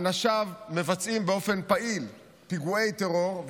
אנשיו מבצעים באופן פעיל פיגועי טרור,